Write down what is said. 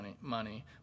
money